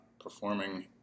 performing